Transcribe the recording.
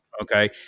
Okay